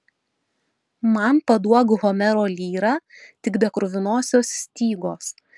man paduok homero lyrą tik be kruvinosios stygos